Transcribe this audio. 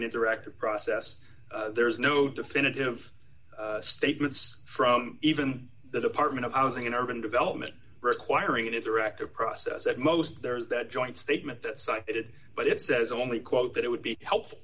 an interactive process there is no definitive statements from even the department of housing and urban development require an interactive process at most there's that joint statement that cited but it says only quote that it would be helpful